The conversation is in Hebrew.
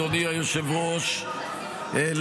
אדוני היושב-ראש --- אתם הופכים את המקום הזה למקלט לעבריינים.